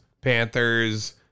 Panthers